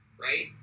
right